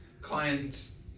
clients